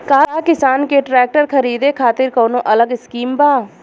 का किसान के ट्रैक्टर खरीदे खातिर कौनो अलग स्किम बा?